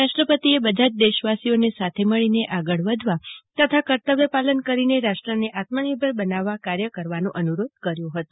રાષ્ટ્રપતિએ બધા જ દેશવાસીઓને સાથે મળીને આગળ વધવા તથા કર્તવ્યપાલન કરીને રાષ્ટ્રને આત્મનિર્ભર બનાવવા કાર્ય કરવાનો અનુરોધ કર્યો હતો